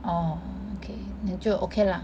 orh okay then 就 okay lah